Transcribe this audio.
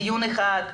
דיון אחד,